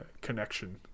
connection